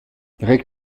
reg